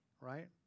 right